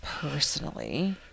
personally